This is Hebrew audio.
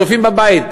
הצופים בבית,